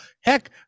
heck